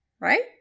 right